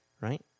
Right